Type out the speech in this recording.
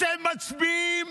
אתם מצביעים